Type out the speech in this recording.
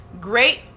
Great